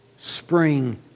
spring